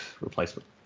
Replacement